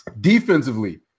Defensively